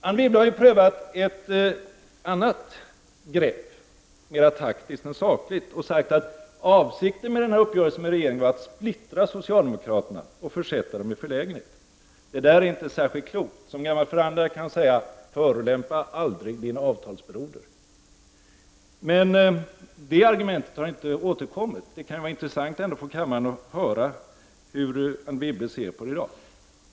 Anne Wibble har prövat ett annat grepp, som är mera taktiskt än sakligt, och sagt att avsikten med denna uppgörelse med regeringen var att splittra socialdemokraterna och försätta dem i förlägenhet. Det är inte särskilt klokt. Som gammal förhandlare kan jag säga: Förolämpa aldrig din avtalsbroder! Det argumentet har inte återkommit, men det kan vara intressant för kammaren att höra hur Anne Wibble ser på det i dag.